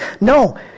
No